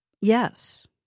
yes